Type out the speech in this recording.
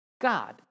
God